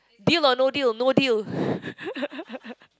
deal or no deal no deal